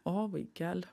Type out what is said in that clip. o vaikeli